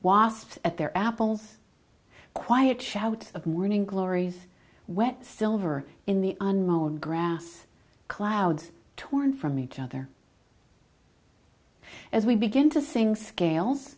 wasps at their apples quiet shout of morning glories where silver in the unknown grass clouds torn from each other as we begin to sing scales